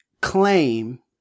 claim